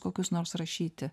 kokius nors rašyti